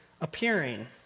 appearing